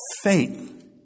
faith